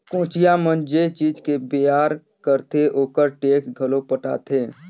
कोचिया मन जे चीज के बेयार करथे ओखर टेक्स घलो पटाथे